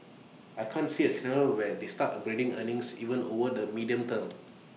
I can't see A scenario where they start upgrading earnings even over the medium term